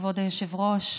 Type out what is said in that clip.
כבוד היושב-ראש,